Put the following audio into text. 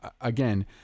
again